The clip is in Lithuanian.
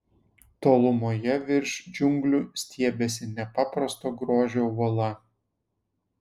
tolumoje virš džiunglių stiebėsi nepaprasto grožio uola